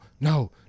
no